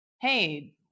hey